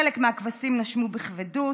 חלק מהכבשים נשמו בכבדות.